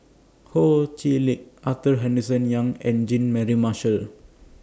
Ho Chee Lick Arthur Henderson Young and Jean Mary Marshall